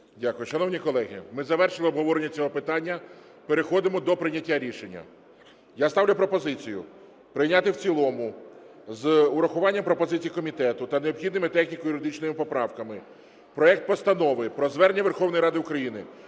Дякую, шановні колеги, ми завершили обговорення цього питання, переходимо до прийняття рішення. Я ставлю пропозицію прийняти в цілому з урахуванням пропозицій комітету та необхідними техніко-юридичними поправками проект Постанови про Звернення Верховної Ради України